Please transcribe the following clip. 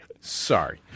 Sorry